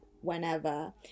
whenever